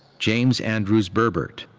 james andrews berbert.